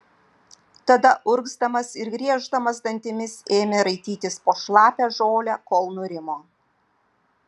tada urgzdamas ir grieždamas dantimis ėmė raitytis po šlapią žolę kol nurimo